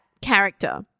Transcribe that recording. character –